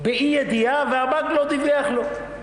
והבנק לא דיווח לו.